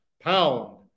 pound